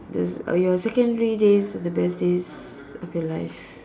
the your secondary days are the best days of your life